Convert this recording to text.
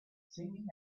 singing